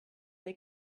they